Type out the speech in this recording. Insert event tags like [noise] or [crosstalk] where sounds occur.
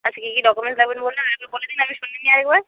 আচ্ছা কী কী ডকুমেন্টস লাগবে [unintelligible] বললেন আরেকবার বলে দিন আমি শুনে নিই আরেকবার